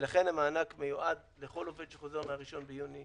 ולכן המענק מיועד לכל עובד שחוזר מהראשון ביוני.